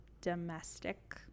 domestic